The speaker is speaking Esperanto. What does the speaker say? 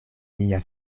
mia